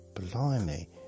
blimey